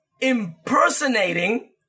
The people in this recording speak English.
impersonating